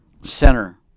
center